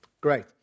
Great